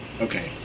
okay